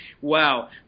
Wow